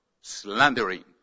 slandering